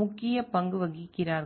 முக்கிய பங்கு வகிக்கிறார்கள்